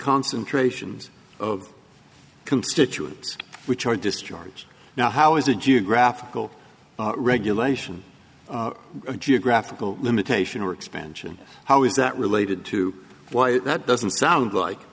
concentrations of constituents which are discharged now how is a geographical regulation a geographical limitation or expansion how is that related to why that doesn't sound like